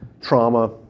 trauma